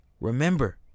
Remember